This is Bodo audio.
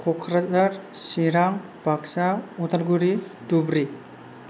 क'क्राझार चिरां बाक्सा उदालगुरि धुब्रि